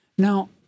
Now